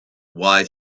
why